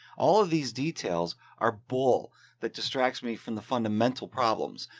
all of these details are bull that distracts me from the fundamental problems.